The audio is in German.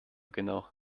genau